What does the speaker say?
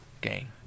Gang